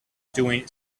doing